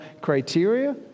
criteria